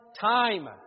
time